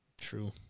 true